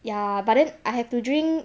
ya but then I have to drink